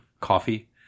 coffee